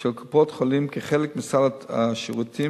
של קופות-חולים כחלק מסל השירותים